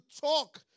talk